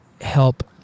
help